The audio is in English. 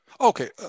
Okay